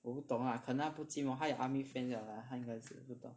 我不懂 lah 可能他不寂寞他有 army friend 的 lah 他应该是不懂